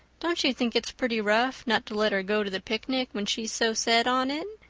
don't you think it's pretty rough not to let her go to the picnic when she's so set on it?